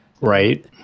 Right